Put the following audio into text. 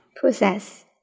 Process